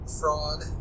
fraud